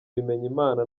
bimenyimana